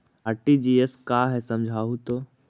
RTGS का है समझाहू तो?